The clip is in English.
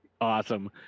awesome